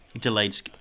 delayed